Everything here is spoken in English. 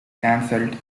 cancelled